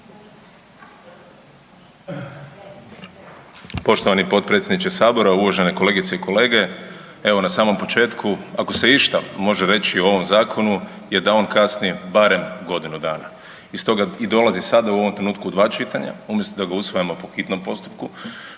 Poštovani potpredsjedniče sabora, uvažene kolegice i kolege, evo na samom početku ako se išta može reći o ovom zakonu je da on kasni barem godinu dana i stoga i dolazi sada u ovom trenutku u dva čitanja umjesto da ga usvajamo po hitnom postupku